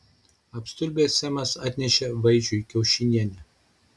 apstulbęs semas atnešė vaičiui kiaušinienę